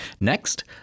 Next